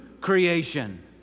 creation